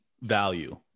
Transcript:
value